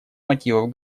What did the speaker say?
мотивов